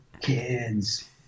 kids